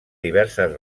diverses